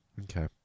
Okay